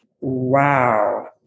wow